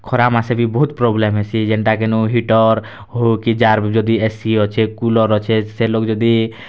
ଖରାମାସେ ବି ବହୁତ୍ ପ୍ରୋବ୍ଲେମ୍ ହେସି ଯେନଟା କିନୁ ହିଟର୍ ହଉ କି ଯାହାର୍ ଯଦି ଏ ସି ଅଛେ କୁଲର୍ ଅଛେ ସେ ଲୋଗ୍ ଯଦି